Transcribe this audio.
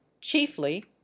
chiefly